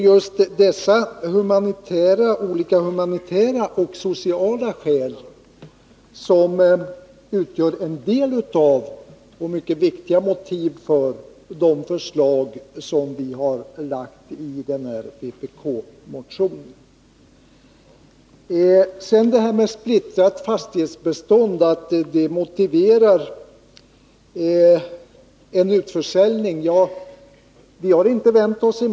Just dessa olika humanitära och sociala skäl utgör mycket viktiga motiv för de förslag som vi har lagt fram i vpk-motionen. Ett splittrat fastighetsbestånd motiverar en utförsäljning, säger Kjell Mattsson.